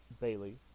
Bailey